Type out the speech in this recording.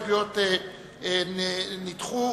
חבר הכנסת איתן כבל,